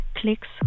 Clicks